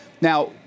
Now